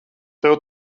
tev